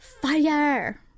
Fire